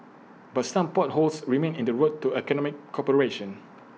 but some potholes remain in the road to economic cooperation